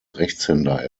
rechtshänder